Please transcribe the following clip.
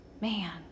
Man